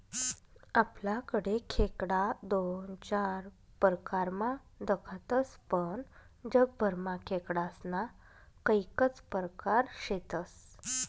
आपलाकडे खेकडा दोन चार परकारमा दखातस पण जगभरमा खेकडास्ना कैकज परकार शेतस